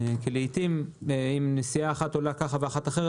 כי לעיתים נסיעה אחת עולה ככה ואחת אחרת.